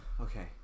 okay